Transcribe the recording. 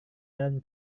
jalan